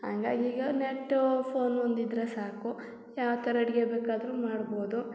ಹಂಗಾಗ್ ಈಗ net phone ಒಂದು ಇದ್ದರೆ ಸಾಕು ಯಾವ ಥರ ಅಡುಗೆ ಬೇಕಾದರೂ ಮಾಡ್ಬೌದು